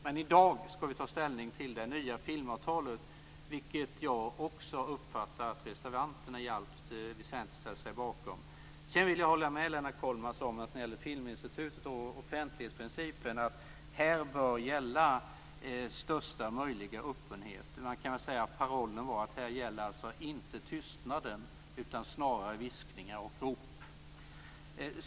Men i dag ska vi ta ställning till det nya filmavtalet, vilket jag också uppfattar att reservanterna i allt väsentligt ställer sig bakom. Jag vill hålla med Lennart Kollmats när det gäller Filminstitutet och offentlighetsprincipen att här bör gälla största möjliga öppenhet. Man kan säga att parollen var att här gäller inte tystnaden utan snarare viskningar och rop.